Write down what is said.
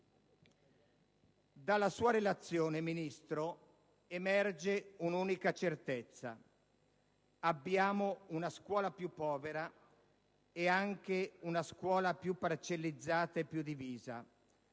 Dalla sua relazione, signora Ministro, emerge un'unica certezza: abbiamo una scuola più povera e anche una scuola più parcellizzata e più divisa,